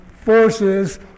forces